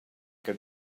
que